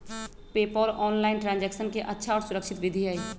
PayPal online transaction के अच्छा और सुरक्षित विधि हई